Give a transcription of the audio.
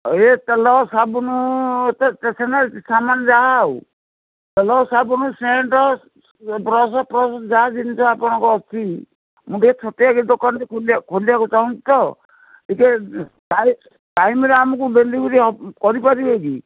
ଏ ତେଲ ସାବୁନ ଏତେ ଷ୍ଟେସନାରୀ ସାମାନ ଯାହା ଆଉ ତେଲ ସାବୁନ ସେଣ୍ଟ୍ ବ୍ରସ୍ ଫ୍ରସ୍ ଯାହା ଜିନିଷ ଆପଣଙ୍କ ଅଛି ମୁଁ ଟିକେ ଛୋଟିଆକି ଦୋକାନରେ ଖୋ ଖୋଲିବାକୁ ଚାହୁଁଛି ତ ଟିକିଏ ଟାଇମ୍ ଟାଇମ୍ରେ ଆମକୁ ଡେଲିଭରି କରିପାରିବେ କି